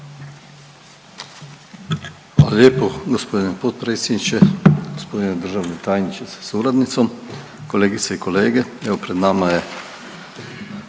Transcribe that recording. Hvala lijepo. Gospodine potpredsjedniče, g. državni tajniče sa suradnicom, kolegice i kolege. Evo pred nama je